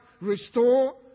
Restore